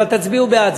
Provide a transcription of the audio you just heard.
אבל תצביעו בעד,